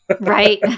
Right